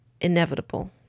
inevitable